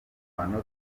manota